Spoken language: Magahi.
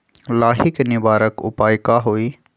लाही के निवारक उपाय का होई?